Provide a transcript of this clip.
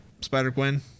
Spider-Gwen